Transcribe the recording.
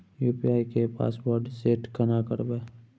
UPI के password set केना करबे?